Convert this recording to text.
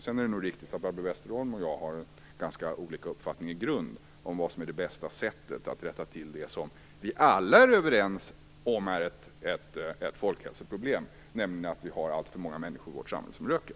Det är nog riktigt att Barbro Westerholm och jag har ganska olika uppfattning om vad som är det bästa sättet att komma till rätta med detta problem. Vi är alla överens om att det är ett folkhälsoproblem att allt för många människor i vårt samhälle röker.